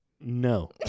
No